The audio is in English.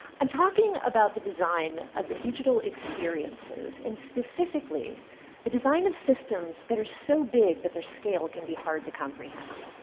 i'm talking about the design of digital experiences and specifically the design of systems that are so big that their scale can be hard to comprehend.